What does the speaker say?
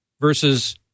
versus